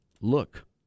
look